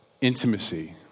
intimacy